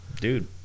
Dude